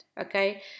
okay